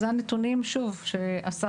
שוב, אלה הנתונים שאספנו.